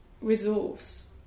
resource